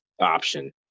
option